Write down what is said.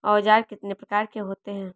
औज़ार कितने प्रकार के होते हैं?